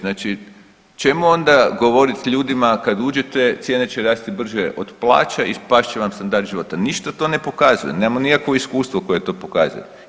Znači čemu onda govoriti ljudima kad uđete cijene će rasti brže od plaća i past će vam standard života, ništa to ne pokazuje, nemamo nikakvo iskustvo koje je to pokazalo.